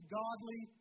godly